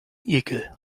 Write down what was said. igel